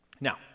Now